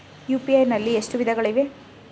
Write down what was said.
UPI ನಲ್ಲಿ ಎಷ್ಟು ವಿಧಗಳಿವೆ?